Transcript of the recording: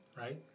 right